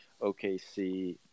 OKC